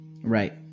Right